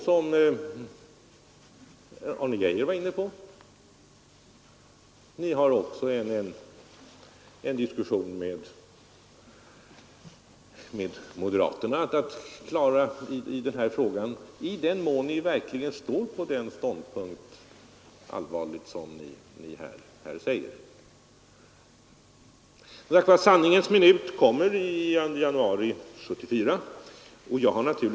Som Arne Geijer var inne på har ni därutöver också en diskussion med moderaterna att klara i den här frågan, i den mån ni verkligen allvarligt intar den ståndpunkt som ni här anför. Sanningens minut kommer, som sagt var, i januari 1974.